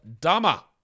Dama